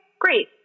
great